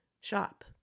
shop